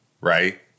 right